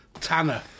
Tanner